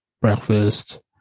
breakfast